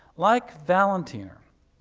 like valentina,